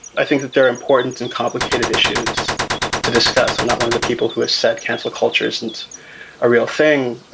i think that they're important and complicated issues to discuss. i'm not one of the people who has said, cancela, culture isn't a real thing.